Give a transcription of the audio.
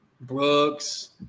Brooks